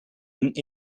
een